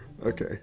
Okay